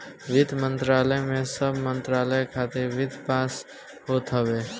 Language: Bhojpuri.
वित्त मंत्रालय में सब मंत्रालय खातिर वित्त पास होत हवे